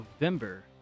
November